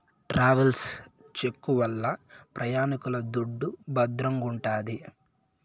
travels check వల్ల ప్రయాణికుల దుడ్డు భద్రంగుంటాది